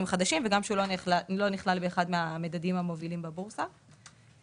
חדשים ולא נכלל באחד מהמדדים המובילים בבורסה.